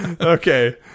Okay